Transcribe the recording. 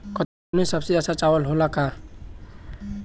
कतरनी सबसे अच्छा चावल होला का?